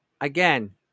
again